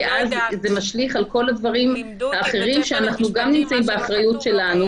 כי אז זה משליך על כל הדברים האחרים שגם נמצאים באחריות שלנו.